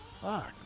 fuck